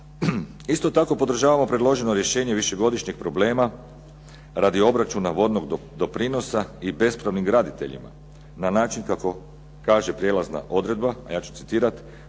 Isto tako podržavamo predloženo rješenje višegodišnjeg problema radi obračuna vodnog doprinosa i bespravnim graditeljima na način kako kaže prijelazna odredba a ja ću citirati: